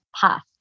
path